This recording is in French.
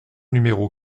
numéro